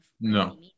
No